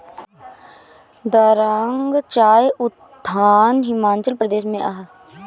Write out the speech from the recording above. दारांग चाय उद्यान हिमाचल प्रदेश में हअ